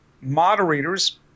moderators